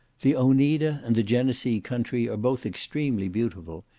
the oneida and the genesee country are both extremely beautiful,